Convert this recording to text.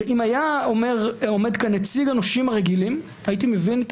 אם היה עומד כאן נציג הנושים הרגילים הייתי מבין את